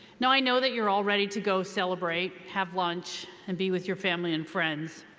now i know that you're all ready to go celebrate, have lunch, and be with your family and friends,